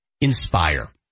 Inspire